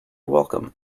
welcome